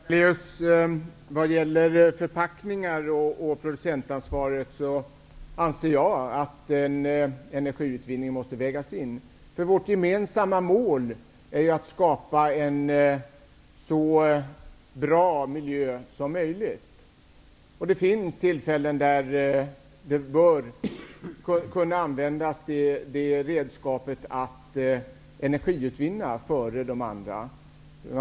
Herr talman! Vad gäller förpackningar och producentansvaret, Lennart Daléus, anser jag att energiutvinning måste vägas in i diskussionen. Vårt gemensamma mål är att skapa en så bra miljö som möjligt. Det finns tillfällen där energiutvinning kan användas i stället för de andra alternativen.